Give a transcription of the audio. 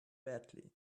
badly